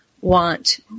want